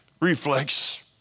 reflex